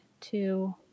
two